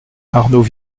arnaud